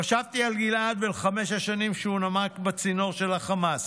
חשבתי על גלעד ועל חמש השנים שהוא נמק בצינוק של החמאס.